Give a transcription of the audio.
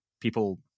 people